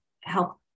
help